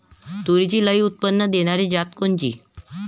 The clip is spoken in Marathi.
तूरीची लई उत्पन्न देणारी जात कोनची?